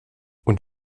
und